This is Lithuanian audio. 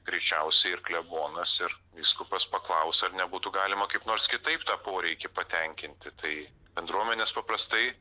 greičiausiai ir klebonas ir vyskupas paklaus ar nebūtų galima kaip nors kitaip tą poreikį patenkinti tai bendruomenės paprastai